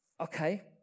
Okay